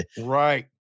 right